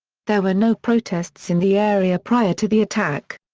there were no protests in the area prior to the attack.